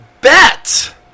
Bet